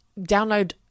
download